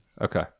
Okay